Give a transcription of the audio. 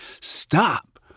stop